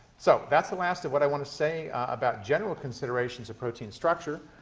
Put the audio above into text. so that's the last of what i want to say about general considerations of protein structure.